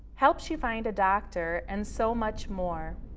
helps you find a doctor and so much more.